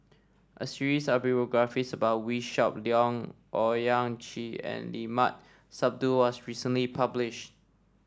a series of biographies about Wee Shoo Leong Owyang Chi and Limat Sabtu was recently published